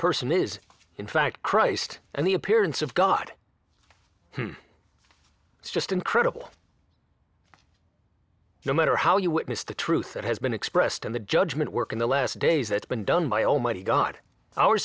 person is in fact christ and the appearance of god it's just incredible no matter how you witness the truth that has been expressed in the judgement work in the last days that's been done by almighty god o